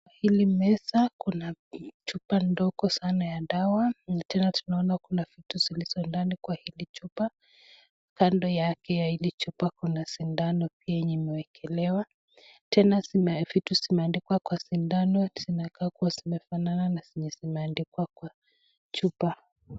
Hili meza kuna chupa ndogo sana ya dawa. Na tena tunaona kuna vitu zilizo ndani kwa hili chupa. Kando yake ya hili chupa kuna sindano pia yenye imewekelewa. Tena vitu zimeandikwa kwa sindano zinakaa kuwa zinafanana na zenye zimeandikwa kwa chupa.